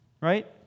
right